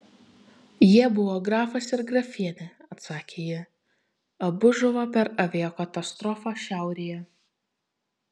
jie buvo grafas ir grafienė atsakė ji abu žuvo per aviakatastrofą šiaurėje